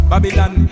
Babylon